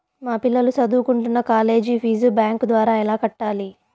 మా పిల్లలు సదువుకుంటున్న కాలేజీ ఫీజు బ్యాంకు ద్వారా ఎలా కట్టాలి?